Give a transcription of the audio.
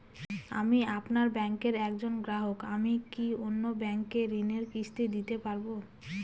আমি আপনার ব্যাঙ্কের একজন গ্রাহক আমি কি অন্য ব্যাঙ্কে ঋণের কিস্তি দিতে পারবো?